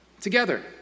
together